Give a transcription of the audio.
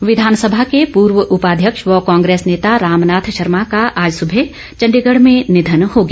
शोक विधानसभा के पूर्व उपाध्यक्ष व कांग्रेस नेता रामनाथ शर्मा का आज सुबह चंड़ीगढ़ में निधन हो गया